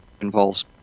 involves